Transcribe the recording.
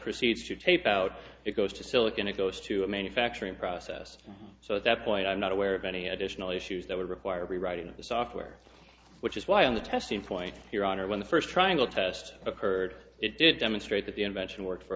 proceeds to tape out it goes to silicon it goes to a manufacturing process so at that point i'm not aware of any additional issues that would require rewriting of the software which is why on the testing point your honor when the first triangle test occurred it demonstrates that the invention worked for